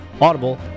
Audible